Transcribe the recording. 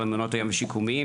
על מעונות היום השיקומיים,